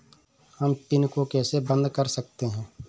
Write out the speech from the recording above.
हम पिन को कैसे बंद कर सकते हैं?